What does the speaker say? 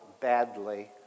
badly